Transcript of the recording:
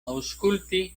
aŭskulti